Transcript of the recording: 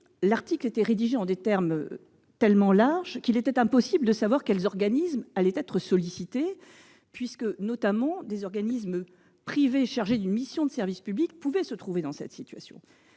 l'article était tellement large qu'il était impossible de savoir quels organismes seraient sollicités. En particulier, des organismes privés chargés d'une mission de service public pouvaient se trouver dans cette situation,